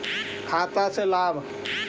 खाता से लाभ?